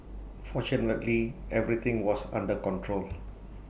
fortunately everything was under control